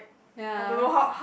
ya